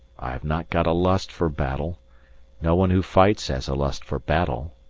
i have not got a lust for battle no one who fights has a lust for battle.